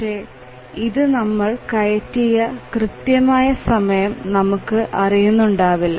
പക്ഷേ ഇതു നമ്മൾ കയറ്റിയ കൃത്യമായ സമയം നമുക്ക് അറിയുന്നുണ്ടാവില്ല